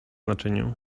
naczyniu